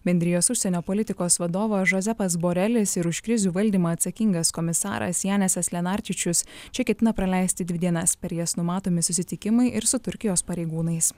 bendrijos užsienio politikos vadovas žozepas borelis ir už krizių valdymą atsakingas komisaras janesas lenarčičius čia ketina praleisti dvi dienas per jas numatomi susitikimai ir su turkijos pareigūnais